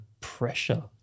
pressure